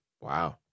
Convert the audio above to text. Wow